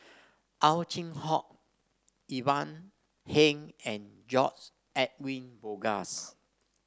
Ow Chin Hock Ivan Heng and George Edwin Bogaars